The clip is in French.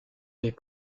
des